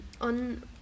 on